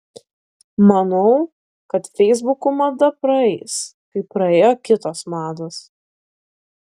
manau kad feisbukų mada praeis kaip praėjo kitos mados